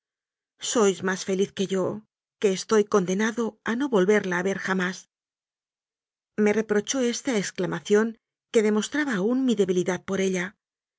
sois más feliz que yo que estoy condenado a no volverla a ver jamás me repro chó esta exclamación que demostraba aún mi de bilidad por ella